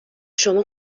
شما